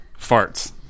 Farts